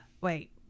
Wait